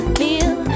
feel